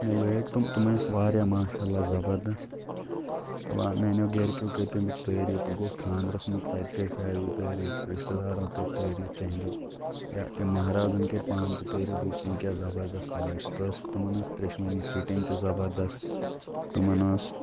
مےٚ لٲگۍ تِم تِم ٲسۍ واریاہ ماشاء اللہ زَبردست میانیو گَرِکیو کٔرۍ تَمِکۍ تعٲریٖف بہٕ گووس خانٛدرَس منٛز تَتہِ کٔرۍ ساروٕے تعٲریٖف رِشتہٕ دارو کٔرۍ تعٲریٖف تِہنٛدیو یا تٔمۍ مہرازَن کٔرۍ پانہٕ تہِ تعٲریٖف دوٚپُکھ زِ یِم کیٛاہ زبردس پَلو چھِ تہ ٲس تِمَن ٲس ترٛٮ۪شؤنی فِٹِنٛگ تہِ زَبردست تِمَن ٲس